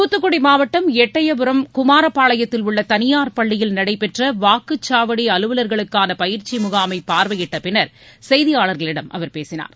தூத்துக்குடி மாவட்டம் எட்டயபுரம் குமாரபாளையத்தில் உள்ள தனியார் பள்ளியில் நடைபெற்ற வாக்குச்சாவடி அலுவலர்களுக்கான பயிற்சி முகாமை பார்வையிட்ட பின்னர் செய்தியாளர்களிடம் அவர் பேசினார்